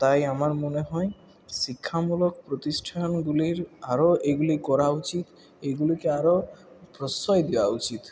তাই আমার মনে হয় শিক্ষা মূলক প্রতিষ্ঠানগুলির আরও এগুলি করা উচিত এগুলিকে আরও প্রশ্রয় দেওয়া উচিত